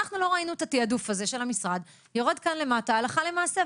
אנחנו לא ראינו את התעדוף הזה של המשרד יורד כאן למטה הלכה למעשה,